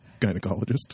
gynecologist